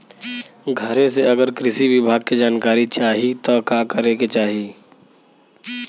घरे से अगर कृषि विभाग के जानकारी चाहीत का करे के चाही?